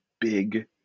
big